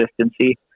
consistency